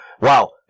Wow